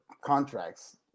contracts